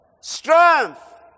strength